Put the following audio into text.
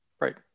Right